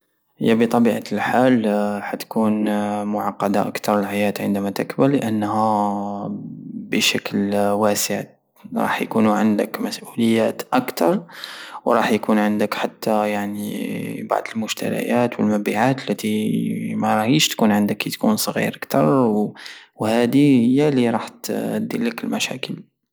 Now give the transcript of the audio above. هي بطبيعة الحال حتكون معقدة الحيات عندما تكبر بشكل واسع راح يكونو عندك مسؤوليات اكتر ورح يكونو عندك ايضا بعض المشتريات والمبيعات الي راهي متكونش عندك كي تكون صغير كتر وهادي هي الي رح ديرلك مشاكل